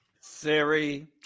Siri